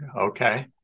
Okay